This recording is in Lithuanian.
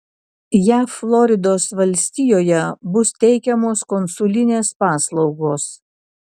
jav floridos valstijoje bus teikiamos konsulinės paslaugos